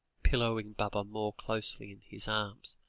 pillowing baba more closely in his arms,